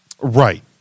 Right